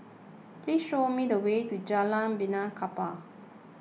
please show me the way to Jalan Benaan Kapal